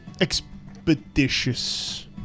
expeditious